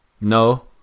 No